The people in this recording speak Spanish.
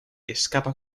escapa